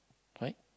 right